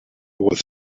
was